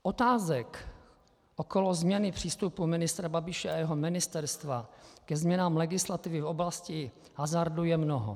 Otázek okolo změny přístupu ministra Babiše a jeho ministerstva ke změnám legislativy v oblasti hazardu je mnoho.